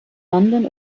london